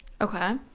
Okay